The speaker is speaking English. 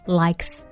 likes